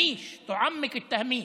(אומר בערבית: